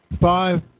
five